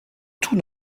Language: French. tout